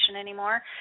anymore